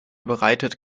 bereitet